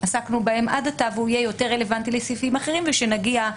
עסקנו עד עתה והוא יהיה יותר רלוונטי לסעיפים אחרים וכאשר נגיע לשם,